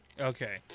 Okay